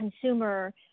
consumer